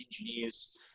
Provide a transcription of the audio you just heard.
engineers